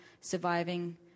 surviving